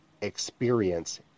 experience